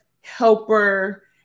helper